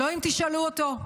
לא אם תשאלו אותו,